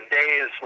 days